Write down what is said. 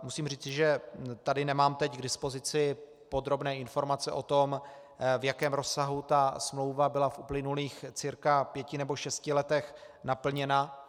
Musím říci, že tady nemám teď k dispozici podrobné informace o tom, v jakém rozsahu ta smlouva byla v uplynulých cca pěti nebo šesti letech naplněna.